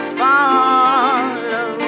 follow